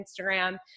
Instagram